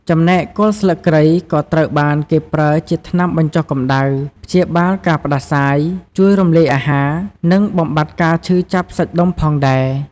ចំណែក គល់ស្លឹកគ្រៃក៏ត្រូវបានគេប្រើជាថ្នាំបញ្ចុះកម្តៅ ព្យាបាលការផ្តាសាយ ជួយរំលាយអាហារ និងបំបាត់ការឈឺចាប់សាច់ដុំផងដែរ។